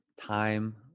time